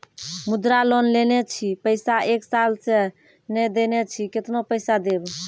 मुद्रा लोन लेने छी पैसा एक साल से ने देने छी केतना पैसा देब?